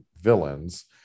villains